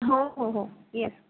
हो हो हो येस